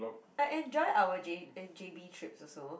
I enjoyed our J eh j_b trips also